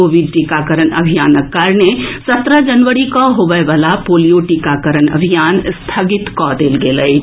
Covid टीकाकरण अभियानक कारणे सत्रह जनवरी कऽ होबय वला पोलियो टीकाकरण अभियान स्थगित कऽ देल गेल अछि